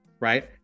Right